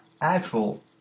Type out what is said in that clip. actual